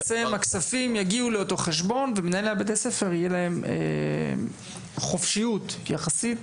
שהכספים יגיעו לאותו חשבון ולמנהל בית הספר תהיה חופשיות באופן יחסי,